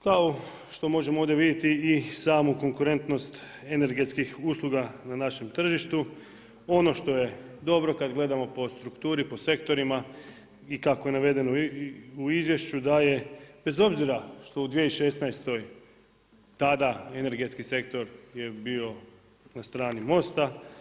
Kao što možemo ovdje vidjeti i samu konkurentnost energetskih usluga na našem tržištu, ono što je dobro, kad gledamo po strukturi po sektorima i kako je navedeno u izvješću, da je bez obzira što u 2016. tada energetski sektor je bio na strani Mosta.